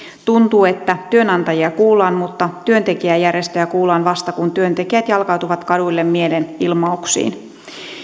tuntuu että työnantajia kuullaan mutta työntekijäjärjestöjä kuullaan vasta kun työntekijät jalkautuvat kaduille mielenilmauksiin